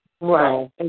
Right